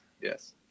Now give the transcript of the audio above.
Yes